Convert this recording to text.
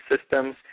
systems